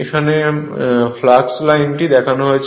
এখানে ফ্লাক্স লাইনটি দেখানো হয়েছে